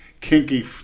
kinky